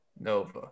Nova